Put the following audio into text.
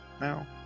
now